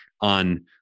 on